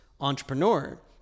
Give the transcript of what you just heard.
entrepreneur